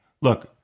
Look